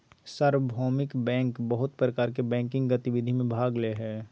सार्वभौमिक बैंक बहुत प्रकार के बैंकिंग गतिविधि में भाग ले हइ